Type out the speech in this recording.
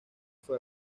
fue